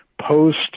post